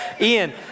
Ian